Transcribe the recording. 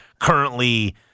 currently